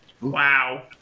Wow